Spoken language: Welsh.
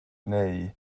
neu